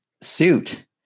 suit